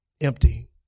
Empty